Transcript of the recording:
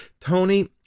Tony